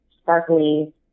sparkly